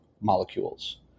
molecules